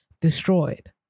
destroyed